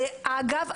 ואגב,